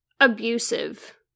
abusive